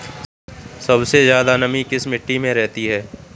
सबसे ज्यादा नमी किस मिट्टी में रहती है?